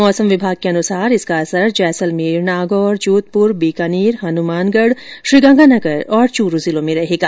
मौसम विभाग के अनुसार इसका असर जैसलमेर नागौर जोधपुर बीकानेर हनुमानगढ़ श्रीगंगानगर और चूरू जिलों में रहेगा